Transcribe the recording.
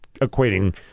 equating